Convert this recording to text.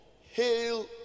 hail